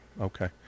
Okay